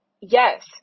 yes